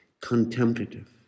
contemplative